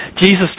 Jesus